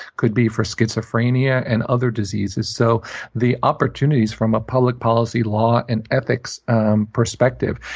could be for schizophrenia and other diseases. so the opportunities, from a public policy, law, and ethics um perspective,